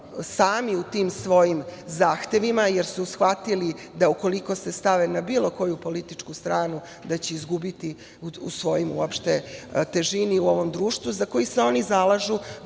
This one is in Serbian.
sami u tim svojim zahtevima, jer su shvatili da ukoliko se stave na bilo koju političku stranu da će izgubiti na težini u ovom društvu za koje se zalažu